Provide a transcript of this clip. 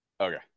Okay